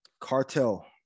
cartel